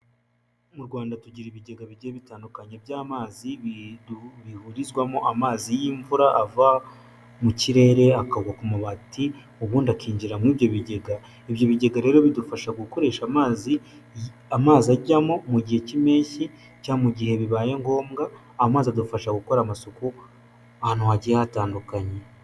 Mu Rwanda tugira ibigega bigiye bitandukanye by'amazi bihurizwamo amazi y'imvura ava mu kirere akagwa ku mubati, ubundi akinjira muri ibyo bigega, ibyo bigega rero bidufasha gukoresha amazi, amazi ajyamo mu gihe cy'impeshyi cyangwa mu gihe bibaye ngombwa amazi adufasha gukora amasuku ahantu hagiye hatandukanye.